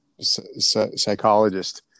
psychologist